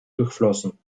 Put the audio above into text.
durchflossen